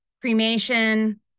cremation